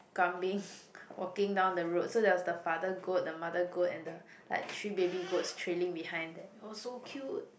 kambing walking down the road so there was the father goat the mother goat and the like three baby goats trailing behind them it was so cute